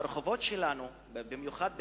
ברחובות שלנו, במיוחד בקיץ,